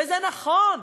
וזה נכון,